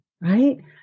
right